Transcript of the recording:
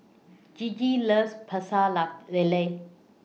Gigi loves Pecel Lele